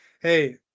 hey